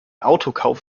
autokauf